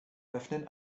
öffnen